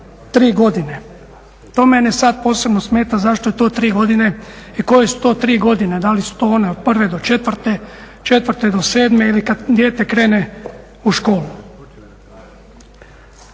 tri godine, to mene sada posebno smeta zašto je to tri godine i koje su to tri godine. Da li su to one od prve do četvrte, četvrte do sedme ili kada dijete krene u školu.